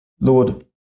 Lord